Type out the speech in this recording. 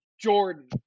Jordan